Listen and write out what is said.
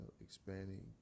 expanding